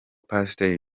pasteur